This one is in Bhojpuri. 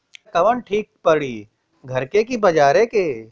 बिया कवन ठीक परी घरे क की बजारे क?